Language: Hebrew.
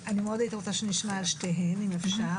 אני מאוד הייתי רוצה שנשמע על שתיהן אם אפשר.